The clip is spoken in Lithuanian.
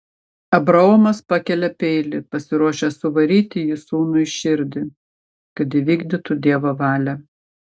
abraomas pakelia peilį pasiruošęs suvaryti jį sūnui į širdį kad įvykdytų dievo valią